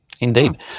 indeed